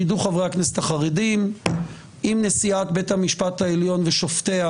יידעו חברי הכנסת החרדים אם נשיאת בית המשפט העליון ושופטיה